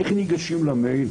איך ניגשים למייל,